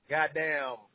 Goddamn